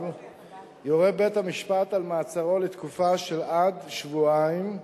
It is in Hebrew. יורה בית-המשפט על מעצרו לתקופה של עד שבועיים,